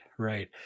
Right